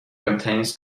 contains